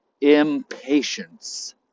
impatience